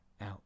out